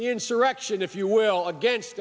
the insurrection if you will against